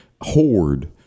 hoard